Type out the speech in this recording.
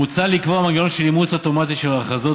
מוצע לקבוע מנגנון של אימוץ אוטומטי של ההכרזות